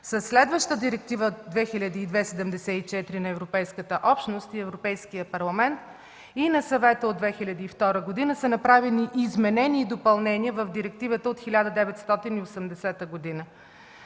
Със следващата Директива 2002/74 на Европейската общност и Европейския парламент и на Съвета от 2002 г. са направени изменения и допълнения в директивата от 1980 г.